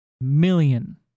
million